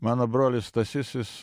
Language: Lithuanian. mano brolis stasys jis